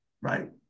right